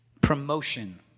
Promotion